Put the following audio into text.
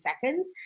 seconds